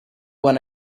when